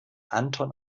anton